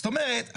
זאת אומרת,